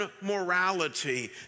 morality